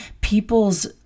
people's